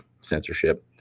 censorship